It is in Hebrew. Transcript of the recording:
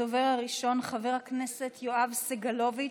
הדובר הראשון, חבר הכנסת יואב סגלוביץ'.